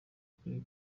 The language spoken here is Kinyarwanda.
kuri